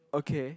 okay